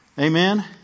Amen